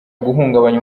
guhungabanya